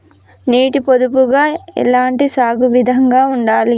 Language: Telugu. నీటి పొదుపుగా ఎలాంటి సాగు విధంగా ఉండాలి?